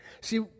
See